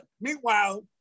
Meanwhile